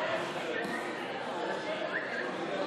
את כל